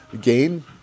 gain